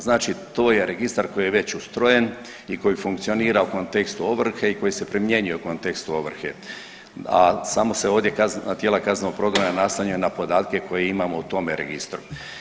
Znači to je registar koji je već ustrojen i koji funkcionira u kontekstu ovrhe i koji se primjenjuje u kontekstu ovrhe, a samo se ovdje tijela kaznenog progona naslanjaju na podatke koje imamo u tome registru.